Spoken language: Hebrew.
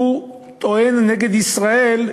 הוא טוען נגד ישראל,